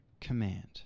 command